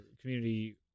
community